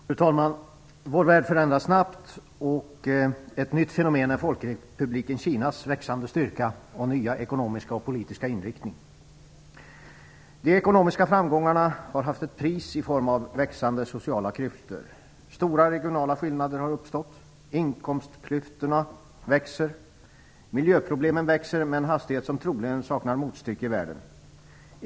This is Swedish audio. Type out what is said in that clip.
Fru talman! Vår värld förändras snabbt. Ett nytt fenomen är folkrepubliken Kinas växande styrka och nya ekonomiska och politiska inriktning. De ekonomiska framgångarna har haft ett pris i form av växande sociala klyftor. Stora regionala skillnader har uppstått. Inkomstklyftorna växer. Miljöproblemen växer med en hastighet som troligen saknar motstycke i världen.